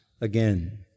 again